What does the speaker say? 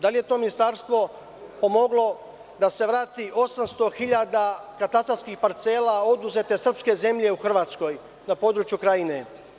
Da li je to ministarstvo pomoglo da se vrati 800.000 katastarskih parcela oduzete srpske zemlje u Hrvatskoj, na području Krajine?